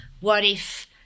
what-if